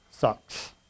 Sucks